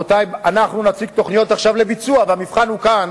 אנחנו נציג תוכניות לביצוע, והמבחן הוא כאן,